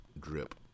drip